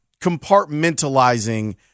compartmentalizing